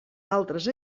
altres